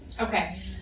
Okay